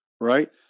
right